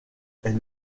est